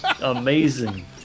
amazing